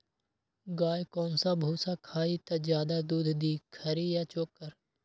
गाय कौन सा भूसा खाई त ज्यादा दूध दी खरी या चोकर?